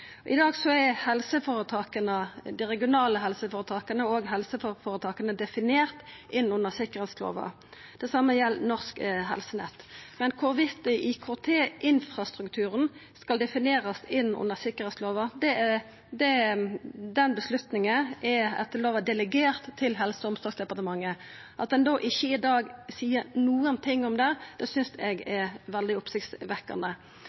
I dag er dei regionale helseføretaka og helseføretaka definerte inn under sikkerheitslova. Det same gjeld Norsk Helsenett. Men avgjerda om IKT-infrastrukturen skal definerast inn under sikkerheitslova, er etter lova delegert til Helse- og omsorgsdepartementet. At ein i dag ikkje seier noko om det, synest eg